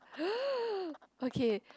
okay